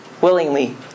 willingly